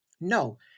No